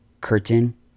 curtain